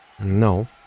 No